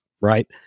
right